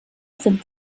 sind